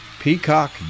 Peacock